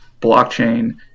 blockchain